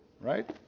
right